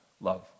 love